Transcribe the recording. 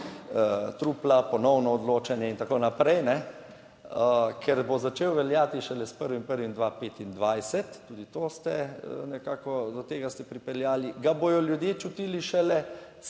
trupla, ponovno odločanje in tako naprej. Ker bo začel veljati šele s 1. 1. 2025, tudi to ste nekako, do tega ste pripeljali, ga bodo ljudje čutili šele